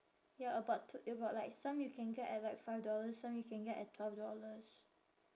ya about twe~ about like some you can get at like five dollars some you can get at twelve dollars